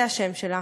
זה השם שלה.